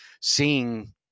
seeing